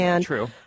True